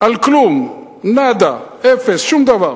על כלום, נאדה, אפס, שום דבר.